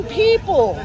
people